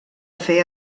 fer